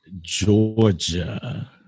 Georgia